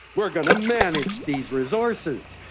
we're going to manage these resources.